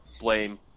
blame